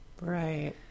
Right